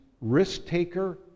risk-taker